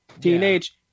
Teenage